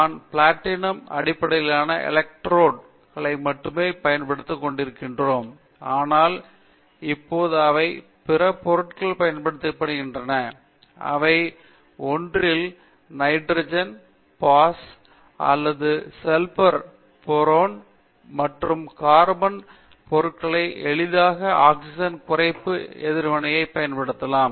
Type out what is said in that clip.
நாம் பிளாட்டினம் அடிப்படையிலான எலக்ட்ரோடு களை மட்டுமே பயன்படுத்திக் கொண்டிருக்கிறோம் ஆனால் இப்போது அவை பல பிற பொருட்களால் பயன்படுத்தப்படுகின்றன அவை ஒன்றில் ஹீடெரோ அணுவின் நைட்ரஜன் பாஸ் மற்றும் சல்பர் போரோன் மாற்று கார்பன் பொருட்களை எளிதாக ஆக்ஸிஜன் குறைப்பு எதிர்வினைக்கு பயன்படுத்தலாம்